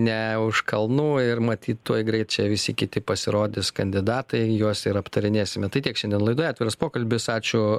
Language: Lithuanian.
ne už kalnų ir matyt tuoj greit čia visi kiti pasirodys kandidatai į juos ir aptarinėsime tai tiek šiandien laidoje atviras pokalbis ačiū